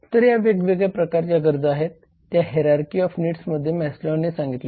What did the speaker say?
तर या वेगवेगळ्या प्रकारच्या गरजा आहेत ज्या हेरारकी ऑफ नीड्समध्ये मॅस्लोने सांगितल्या आहेत